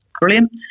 brilliant